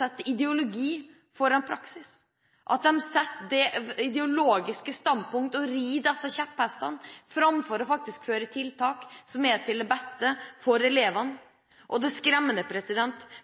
sette ideologi foran praksis, at de setter ideologiske standpunkt og rir kjepphester framfor faktisk å føre tiltak som er til det beste for elevene. Det er skremmende